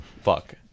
fuck